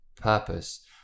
purpose